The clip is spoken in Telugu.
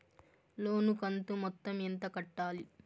లోను కంతు మొత్తం ఎంత కట్టాలి?